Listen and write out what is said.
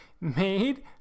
made